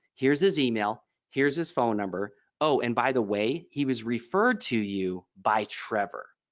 here's his email here's his phone number. oh and by the way he was referred to you by trevor